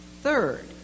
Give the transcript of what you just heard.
Third